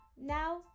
Now